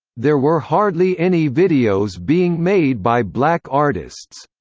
there were hardly any videos being made by black artists.